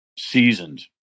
seasoned